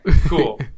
cool